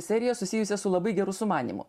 seriją susijusią su labai geru sumanymu